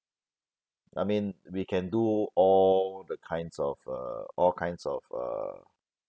I mean we can do all the kinds of uh all kinds of uh